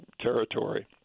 territory